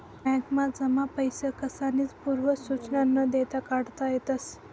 बॅकमा जमा पैसा कसानीच पूर्व सुचना न देता काढता येतस